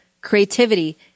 creativity